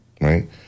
right